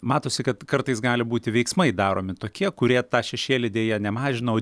matosi kad kartais gali būti veiksmai daromi tokie kurie tą šešėlį deja ne mažina o